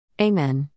Amen